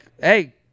hey